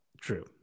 true